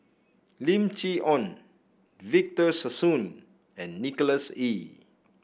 Lim Chee Onn Victor Sassoon and Nicholas Ee